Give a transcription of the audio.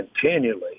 continually